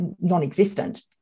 non-existent